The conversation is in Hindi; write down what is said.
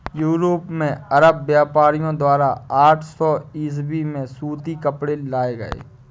यूरोप में अरब व्यापारियों द्वारा आठ सौ ईसवी में सूती कपड़े लाए गए